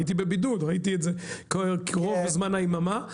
ראיתי את זה בבידוד ברוב זמן היממה.